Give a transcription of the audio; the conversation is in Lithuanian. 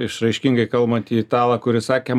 išraiškingai kalbantį italą kuris sakė